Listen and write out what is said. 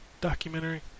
documentary